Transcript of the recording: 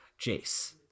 Jace